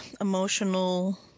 emotional